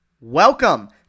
Welcome